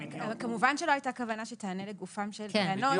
כמובן שלא הייתה כוונה שתענה לגופן של טענות --- כן,